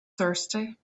thirsty